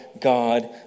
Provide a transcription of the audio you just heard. God